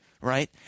right